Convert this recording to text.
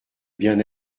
bien